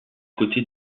côté